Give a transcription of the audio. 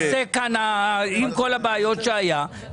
עם כל הבעיות שהיו כאן,